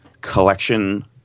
collection